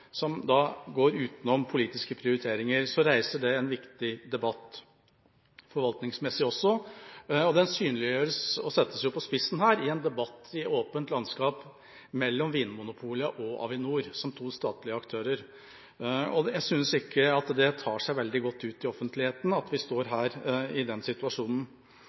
som da går utenom politiske prioriteringer, reiser det en viktig debatt – også forvaltningsmessig. Her synliggjøres den og settes på spissen i en debatt i åpent landskap mellom Vinmonopolet og Avinor, som to statlige aktører. Jeg synes ikke at det tar seg veldig godt ut i offentligheten at vi står her i denne situasjonen.